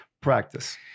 Practice